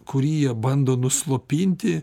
kurį jie bando nuslopinti